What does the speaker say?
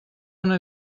una